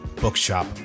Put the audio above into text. bookshop